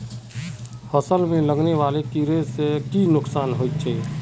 फसल में लगने वाले कीड़े से की नुकसान होचे?